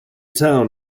town